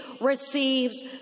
receives